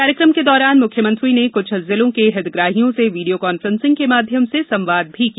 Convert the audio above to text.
कार्यक्रम के दौरान मुख्यमंत्री ने कुछ जिलों के हितग्राहियों से वीडियो कॉन्फ्रेंसिंग के माध्यम से संवाद भी किया